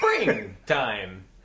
Springtime